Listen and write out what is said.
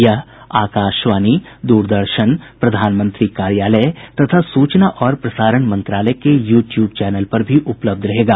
यह आकाशवाणी दूरदर्शन प्रधानमंत्री कार्यालय तथा सूचना और प्रसारण मंत्रालय के यू ट्यूब चैनल पर भी उपलब्ध रहेगा